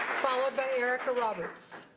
followed by erika roberts.